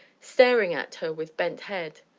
staring at her with bent head.